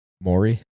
Maury